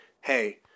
hey